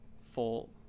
full